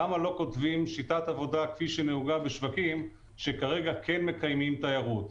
למה לא כותבים שיטת עבודה כפי שנהוגה בשווקים שכרגע כן מקיימים תיירות?